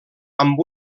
amb